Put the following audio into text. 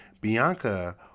Bianca